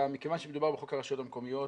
- מכיוון שמדובר בחוק הרשויות המקומיות,